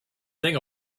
thing